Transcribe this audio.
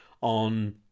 on